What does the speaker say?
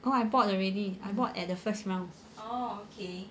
oh I bought already I bought at the first round